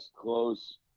close